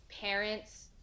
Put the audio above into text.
parents